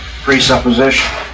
presupposition